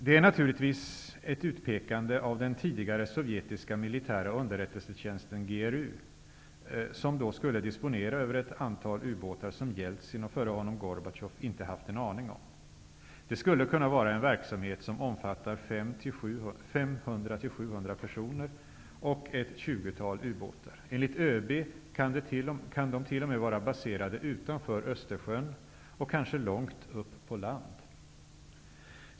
Det är naturligtvis ett utpekande av den tidigare sovjetiska militära underrättelsetjänsten GRU som då skulle disponera över ett antal ubåtar som Jeltsin -- och före honom Gorbatjov - inte haft en aning om. Det skulle kunna vara en verksamhet som omfattar kan de t.o.m. vara baserade utanför Östersjön och kanske långt upp på land.